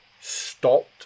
stopped